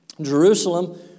Jerusalem